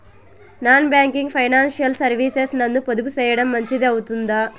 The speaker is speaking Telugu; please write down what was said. నాన్ బ్యాంకింగ్ ఫైనాన్షియల్ సర్వీసెస్ నందు పొదుపు సేయడం మంచిది అవుతుందా?